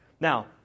Now